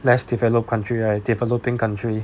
less developed countries like developing country